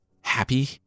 Happy